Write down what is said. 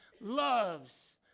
loves